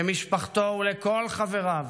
למשפחתו ולכל חבריו